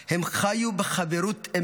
הם חיו בחברות אמת,